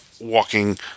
walking